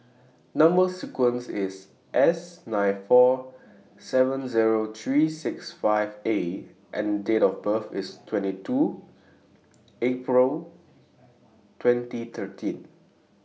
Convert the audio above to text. Number sequence IS S nine four seven Zero three six five A and Date of birth IS twenty two April twenty thirteen